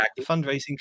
fundraising